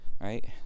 right